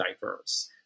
diverse